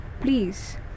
please